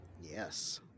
Yes